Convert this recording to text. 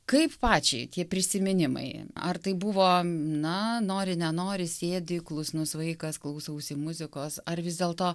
kaip pačiai tie prisiminimai ar tai buvo na nori nenori sėdi klusnus vaikas klausausi muzikos ar vis dėlto